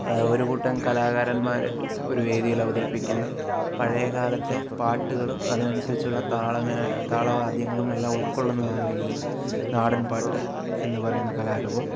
ഒരു കൂട്ടം കലാകാരന്മാർ ഒരു വേദിയിൽ അവതരിപ്പിക്കുന്ന പഴയ കാലത്തെ പാട്ടുകളും അതിനനുസരിച്ചുള്ള താള മേ താള വാദ്യങ്ങളും എല്ലാം ഉൾക്കൊള്ളുന്നതാണ് ഈ നാടൻപാട്ട് എന്ന് പറയുന്ന കലാരൂപം